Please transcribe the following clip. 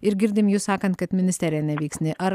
ir girdim jus sakant kad ministerija neveiksni ar